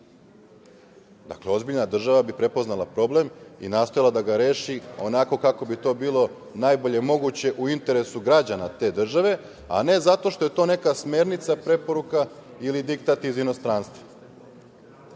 prava. Dakle, ozbiljna država bi prepoznala problem i nastojala da ga reši onako kako bi to bilo najbolje moguće u interesu građana te države, a ne zato što je to neka smernica, preporuka ili diktat iz inostranstva. Naravno,